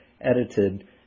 edited